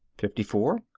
fifty four.